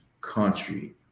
country